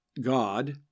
God